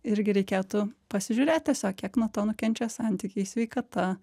irgi reikėtų pasižiūrėt tiesiog kiek nuo to nukenčia santykiai sveikata